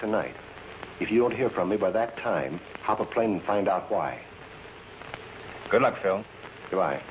tonight if you don't hear from me by that time hop a plane and find out why